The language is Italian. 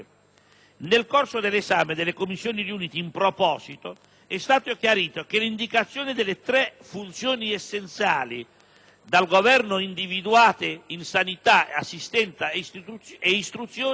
Nel corso dell'esame delle Commissioni riunite, in proposito, è stato chiarito che l'indicazione delle tre funzioni essenziali, dal Governo individuate in sanità, assistenza e istruzione,